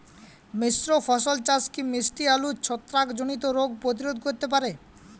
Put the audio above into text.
মিশ্র ফসল চাষ কি মিষ্টি আলুর ছত্রাকজনিত রোগ প্রতিরোধ করতে পারে?